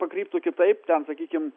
pakryptų kitaip ten sakykim